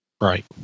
Right